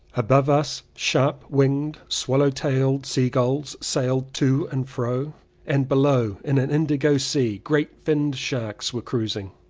above us sharp-winged swallow-tailed seagulls sailed to and fro and below in an indigo sea great finned sharks were cruising.